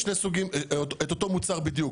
אני מייצר את אותו מוצר בדיוק.